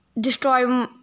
Destroy